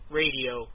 radio